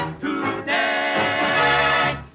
today